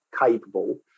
capable